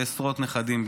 ועשרות נכדים,